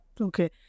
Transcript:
Okay